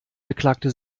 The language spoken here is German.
beklagte